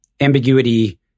ambiguity